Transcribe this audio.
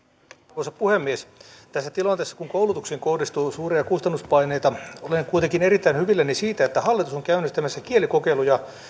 arvoisa puhemies tässä tilanteessa kun koulutukseen kohdistuu suuria kustannuspaineita olen kuitenkin erittäin hyvilläni siitä että hallitus on käynnistämässä kielikokeiluja